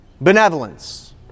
benevolence